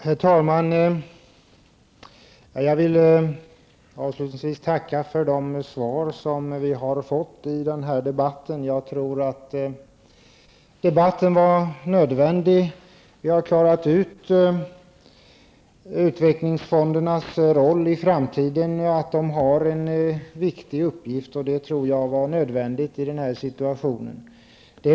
Herr talman! Jag vill avslutningsvis tacka för de svar vi har fått i denna debatt. Debatten var nödvändig. Vi har klarat ut utvecklingsfondernas roll i framtiden, att de har en viktig uppgift. Det var nödvändigt i denna situation.